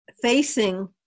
facing